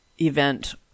event